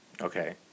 Okay